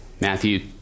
Matthew